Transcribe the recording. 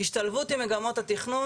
השתלבות במגמות התכנון,